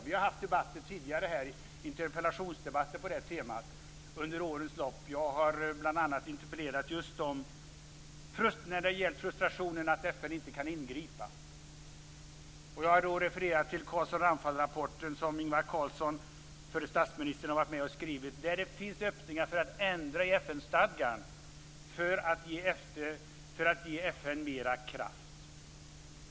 Vi har haft interpellationsdebatter här på det temat under årens lopp. Jag har bl.a. interpellerat just när det gällt frustrationen att FN inte kan ingripa. Jag har då refererat till Carlsson-Ramphal-rapporten, som förre statsministern Ingvar Carlsson varit med och skrivit. Där finns öppningar för att ändra i FN stadgan för att ge FN mera kraft.